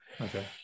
okay